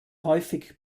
häufig